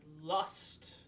lust